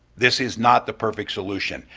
this is not the perfect solution.